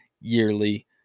yearly